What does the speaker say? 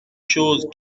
chose